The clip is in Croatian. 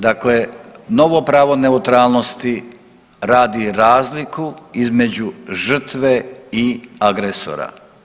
Dakle, novo pravo neutralnosti radi razliku između žrtve i agresora.